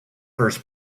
first